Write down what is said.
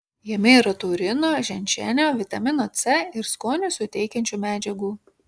jame yra taurino ženšenio vitamino c ir skonį suteikiančių medžiagų